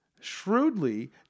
Shrewdly